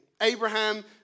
Abraham